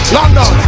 London